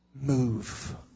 Move